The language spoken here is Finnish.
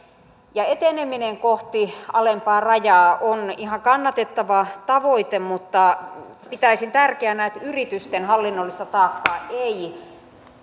ja eteneminen kohti alempaa rajaa on ihan kannatettava tavoite mutta pitäisin tärkeänä että yritysten hallinnollista taakkaa ei